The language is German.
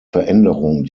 veränderung